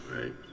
Right